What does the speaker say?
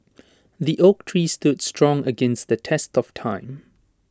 the oak tree stood strong against the test of time